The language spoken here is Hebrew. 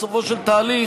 בסופו של תהליך,